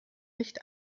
nicht